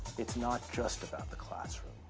it's not just about the classroom,